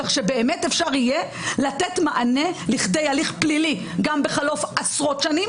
כך שבאמת אפשר יהיה לתת מענה לכדי הליך פלילי גם בחלוף עשרות שנים.